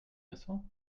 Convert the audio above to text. récent